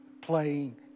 playing